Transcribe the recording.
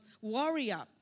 warrior